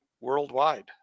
worldwide